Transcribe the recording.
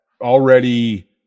already